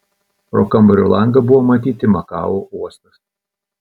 pro kambario langą buvo matyti makao uostas